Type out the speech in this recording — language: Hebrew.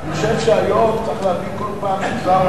אני לא הרמתי את קולי, כי לא הייתי קומוניסט.